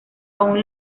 aún